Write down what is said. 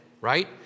right